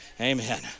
Amen